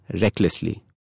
recklessly